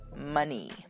money